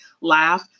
laugh